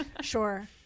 sure